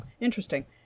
Interesting